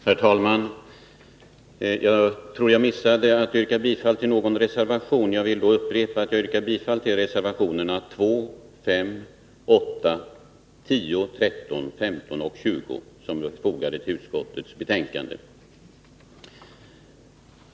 Herr talman! Jag tror jag missade att yrka bifall till någon av våra reservationer. Jag vill därför upprepa att jag yrkar bifall till reservationerna 2, 5, 8, 10, 13, 15 och 20, som är fogade till utskottets betänkande.